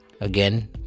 again